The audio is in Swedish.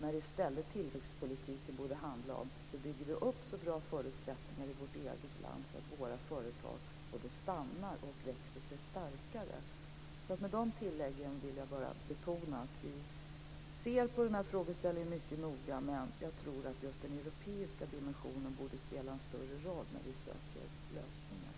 I stället borde tillväxtpolitiken handla om hur vi bygger upp så bra förutsättningar i vårt eget land att våra företag både stannar och växer sig starkare. Med de tilläggen vill jag betona att vi ser mycket noga på den här frågeställningen. Men jag tror att just den europeiska dimensionen borde spela en större roll när vi söker lösningar.